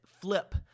flip